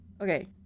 Okay